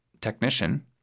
technician